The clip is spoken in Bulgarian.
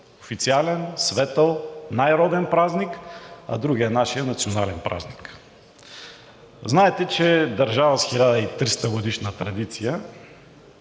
официален, светъл, най-роден празник, а другият – нашият национален празник. Знаете, че държава с 1300-годишна традиция